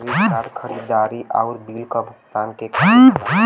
credit card खरीदारी आउर bill क भुगतान के खातिर होला